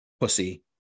pussy